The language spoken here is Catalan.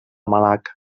malacca